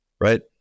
right